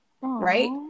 right